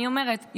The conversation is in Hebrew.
אני אומרת,